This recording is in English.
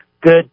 good